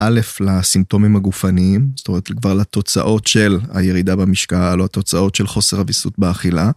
א' לסימפטומים הגופניים, זאת אומרת כבר לתוצאות של הירידה במשקל או התוצאות של חוסר אביסות באכילה.